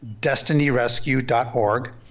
destinyrescue.org